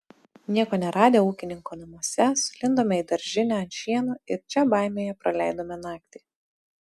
nieko neradę ūkininko namuose sulindome į daržinę ant šieno ir čia baimėje praleidome naktį